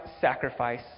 sacrifice